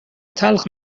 تلخ